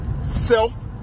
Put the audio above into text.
self